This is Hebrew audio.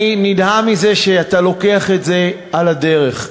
אני נדהם מזה שאתה לוקח את זה "על הדרך",